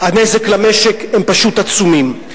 הנזק למשק, הם פשוט עצומים.